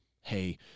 hey